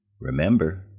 Remember